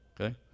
Okay